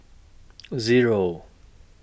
Zero